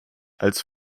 als